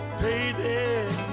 baby